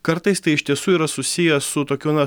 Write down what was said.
kartais tai iš tiesų yra susiję su tokiu na